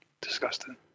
disgusting